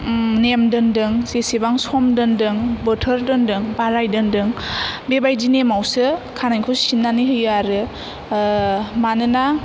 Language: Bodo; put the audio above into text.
नेम दोनदों जेसेबां सम दोनदों बोथोर दोनदों बाराय दोनदों बेबायदि नेमावसो खानायखौ सिननानै होयो आरो मानोना